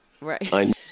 Right